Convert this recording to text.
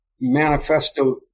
manifesto